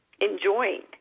enjoying